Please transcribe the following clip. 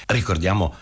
ricordiamo